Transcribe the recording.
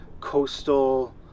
Coastal